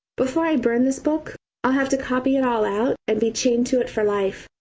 before i burn this book i'll have to copy it all out and be chained to it for life.